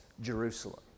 Jerusalem